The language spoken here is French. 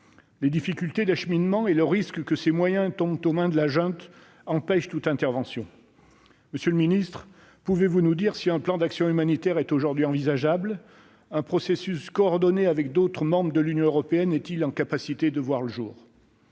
Les difficultés d'acheminement de cette aide et le risque que ces moyens tombent aux mains de la junte empêchent toute intervention. Monsieur le ministre, pouvez-vous nous dire si un plan d'action humanitaire est aujourd'hui envisageable ? Un processus coordonné avec d'autres membres de l'Union européenne peut-il voir le jour ?